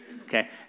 Okay